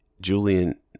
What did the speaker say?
Julian